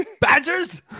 Badgers